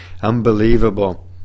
Unbelievable